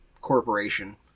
corporation